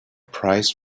price